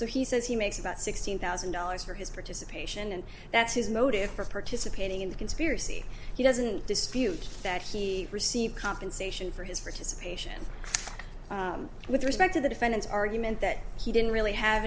so he says he makes about sixteen thousand dollars for his participation and that's his motive for participating in the conspiracy he doesn't dispute that he received compensation for his for to spatial with respect to the defendant's argument that he didn't really have